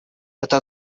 это